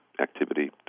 activity